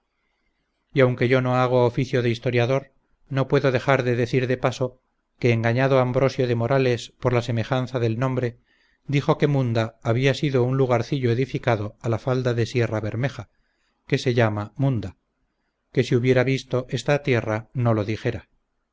y aunque yo no hago oficio de historiador no puedo dejar de decir de paso que engañado ambrosio de morales por la semejanza del nombre dijo que munda había sido un lugarcillo edificado a la falda de sierrabermeja que se llama munda que si hubiera visto esta tierra no lo dijera